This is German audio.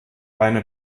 eine